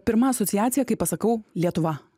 pirma asociacija kai pasakau lietuva